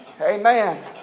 Amen